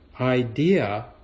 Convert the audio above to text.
idea